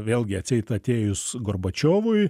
vėlgi atseit atėjus gorbačiovui